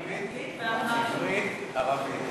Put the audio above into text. עברית, אנגלית ואמהרית.